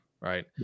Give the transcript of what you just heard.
right